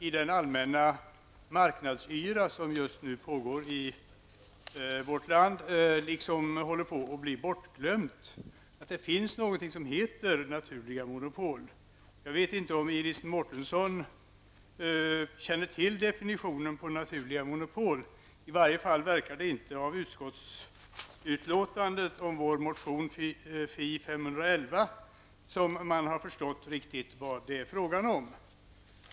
I den allmänna marknadsyra som just nu pågår i vårt land håller man på att glömma bort att det finns något som heter naturliga monopol. Jag vet inte om Iris Mårtensson känner till definitionen på naturliga monopol. Av utskottsutlåtandet över vår motion Fi:511 verkar det inte som om man har förstått riktigt vad det är fråga om.